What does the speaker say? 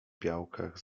białkach